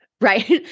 Right